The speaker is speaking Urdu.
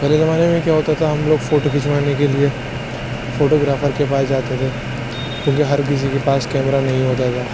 پہلے زمانے میں کیا ہوتا تھا ہم لوگ فوٹو کھچوانے کے لیے فوٹوگرافر کے پاس جاتے تھے کیونکہ ہر کسی کے پاس کیمرہ نہیں ہوتا تھا